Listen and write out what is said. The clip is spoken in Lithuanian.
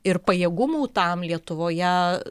ir pajėgumų tam lietuvoje